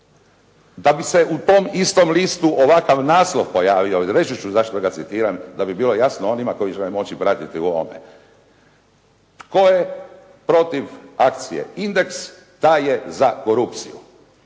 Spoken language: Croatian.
Da bi se u tom istom listu ovakav naslov pojavio, reći ću zašto ga citiram da bi bilo jasno onima koji će me moći pratiti u ovome. Tko je protiv akcije "Indeks" taj je za korupciju.